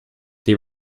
they